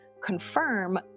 confirm